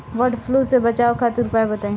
वड फ्लू से बचाव खातिर उपाय बताई?